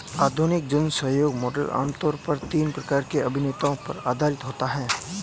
आधुनिक जनसहयोग मॉडल आम तौर पर तीन प्रकार के अभिनेताओं पर आधारित होता है